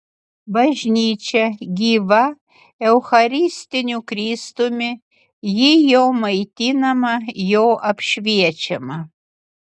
bažnyčia gyva eucharistiniu kristumi ji jo maitinama jo apšviečiama